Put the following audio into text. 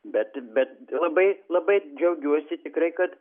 bet bet labai labai džiaugiuosi tikrai kad